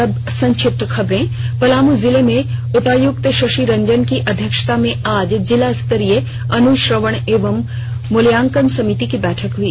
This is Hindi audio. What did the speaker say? और अब संक्षिप्त खबरें पलामू जिले में उपायुक्त शशिरंजन की अध्यक्षता में आज जिलास्तरीय अनुश्रवण एवं मूलयांकन समिति की बैठक हई